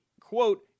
quote